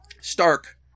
Stark